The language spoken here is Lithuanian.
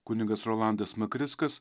kunigas rolandas makrickas